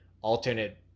alternate